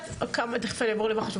תיכף אני אעבור למח"ש,